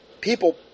people